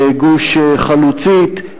בגוש-חלוצית,